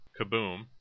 Kaboom